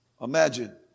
Imagine